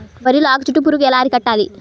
వరిలో ఆకు చుట్టూ పురుగు ఎలా అరికట్టాలి?